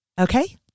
Okay